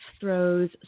throws